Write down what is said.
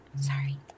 sorry